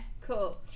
cool